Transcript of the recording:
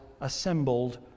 assembled